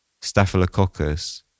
staphylococcus